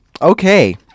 Okay